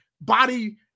Body